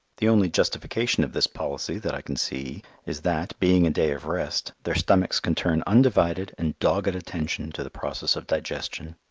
the only justification of this policy that i can see is that, being a day of rest, their stomachs can turn undivided and dogged attention to the process of digestion.